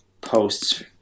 posts